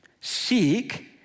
Seek